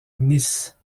nice